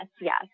yes